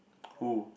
who